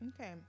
Okay